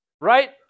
Right